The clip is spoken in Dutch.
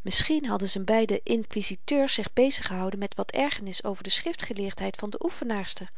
misschien hadden z'n beide inkwiziteurs zich bezig gehouden met wat ergernis over de schriftgeleerdheid van de oefenaarster